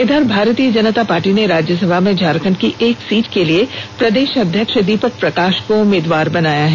इधर भारतीय जनता पार्टी ने राज्यसभा में झारखंड की एक सीट के लिए प्रदेष अध्यक्ष दीपक प्रकाष को उम्मीदवार बनाया है